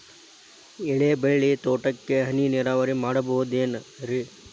ಎಲೆಬಳ್ಳಿ ತೋಟಕ್ಕೆ ಹನಿ ನೇರಾವರಿ ಮಾಡಬಹುದೇನ್ ರಿ?